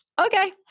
okay